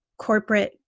corporate